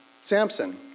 Samson